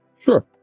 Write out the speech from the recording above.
Sure